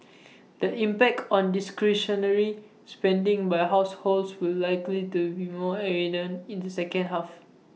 the impact on discretionary spending by households will likely to be more evident in the second half